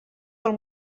del